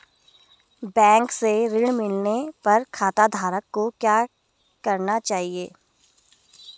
Bank से ऋण मिलने पर खाताधारक को क्या करना चाहिए?